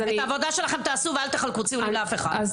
את העבודה שלכם תעשו ואל תחלקו ציונים לאף אחד.